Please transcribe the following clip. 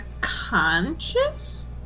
conscious